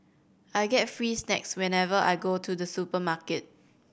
I get free snacks whenever I go to the supermarket